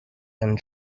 and